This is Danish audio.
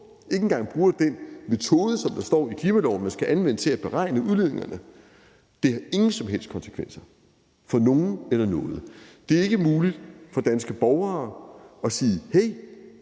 ikke engang bruger den metode, som der står i klimaloven at man skal anvende til at beregne udledningerne. Det har ingen som helst konsekvenser – for nogen eller noget. Det er ikke muligt for danske borgere at sige: Hey,